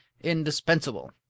indispensable